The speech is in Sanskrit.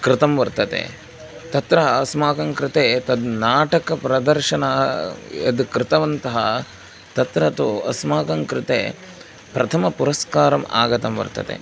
कृतं वर्तते तत्र अस्माकं कृते तद् नाटकप्रदर्शनं यद् कृतवन्तः तत्र तु अस्माकं कृते प्रथमं पुरस्कारम् आगतं वर्तते